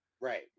Right